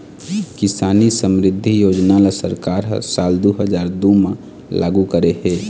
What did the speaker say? किसान समरिद्धि योजना ल सरकार ह साल दू हजार दू म लागू करे हे